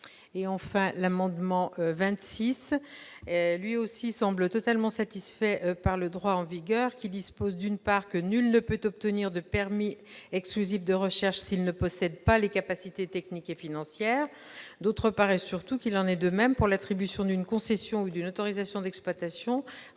rectifié semble lui aussi totalement satisfait par le droit en vigueur, qui dispose, d'une part, que nul ne peut obtenir de permis exclusif de recherches s'il ne possède les capacités techniques et financières adéquates, d'autre part et surtout, qu'il en est de même pour l'attribution d'une concession ou d'une autorisation d'exploitation relativement